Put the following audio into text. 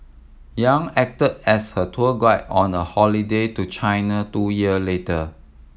Yang acted as her tour guide on a holiday to China two year later